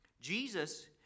Jesus